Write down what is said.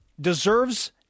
deserves